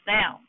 now